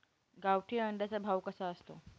गावठी अंड्याचा भाव कसा असतो?